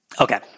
Okay